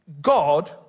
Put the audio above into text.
God